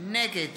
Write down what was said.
נגד